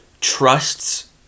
trusts